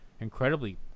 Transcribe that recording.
incredibly